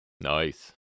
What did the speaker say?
nice